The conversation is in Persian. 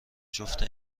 جفت